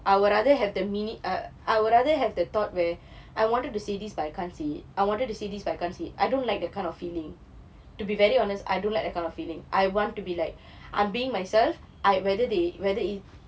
I would rather have the minute err I would rather have the thought where I wanted to say this but I can't say it I wanted to say this but I can't I don't like that kind of feeling to be very honest I don't like that kind of feeling I want to be like I'm being myself I whether they whether is